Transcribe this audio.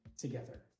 together